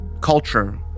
culture